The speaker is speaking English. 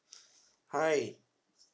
hi